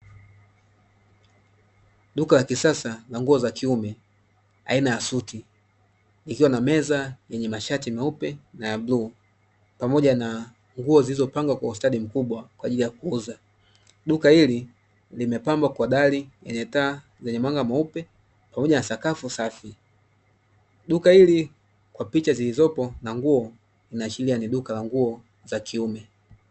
Duka la kisasa la nguo za kiume aina ya suti, likiwa na meza yenye mashati meupe na ya bluu, pamoja na nguo zilizopangwa kwa ustadi mkubwa kwa ajili ya kuuza. Duka hili limepambwa kwa dari yenye taa yenye mwanga mweupe pamoja na sakafu safi. Duka hili kwa picha zilizopo na nguo linaashiria ni duka la nguo za kiume.